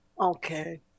Okay